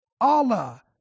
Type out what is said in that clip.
Allah